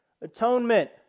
Atonement